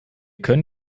können